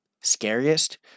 scariest